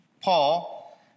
Paul